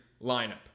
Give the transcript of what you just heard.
lineup